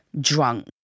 drunk